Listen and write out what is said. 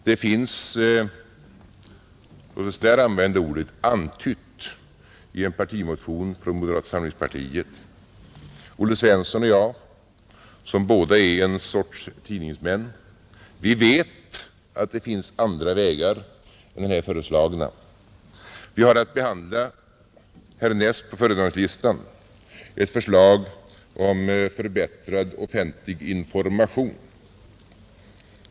Det finns — låt oss här använda det ordet — antytt i en partimotion från moderata samlingspartiet, Olle Svensson och jag, som båda är en sorts tidningsmän, vet att det finns andra vägar än de här föreslagna, Vi har att härnäst behandla på föredragningslistan ett förslag om förbättrad offentlig information.